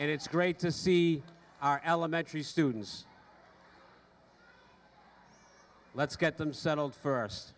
and it's great to see our elementary students let's get them settled f